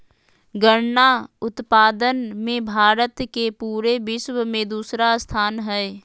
गन्ना उत्पादन मे भारत के पूरे विश्व मे दूसरा स्थान हय